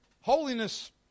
holiness